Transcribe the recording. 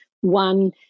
one